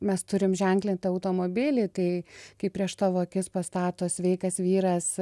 mes turim ženklintą automobilį tai kai prieš tavo akis pastato sveikas vyras